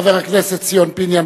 חבר הכנסת ציון פיניאן,